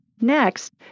Next